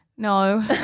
No